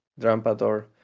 Drampador